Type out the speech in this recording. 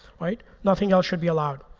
right? nothing else should be allowed.